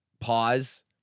pause